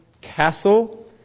castle